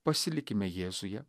pasilikime jėzuje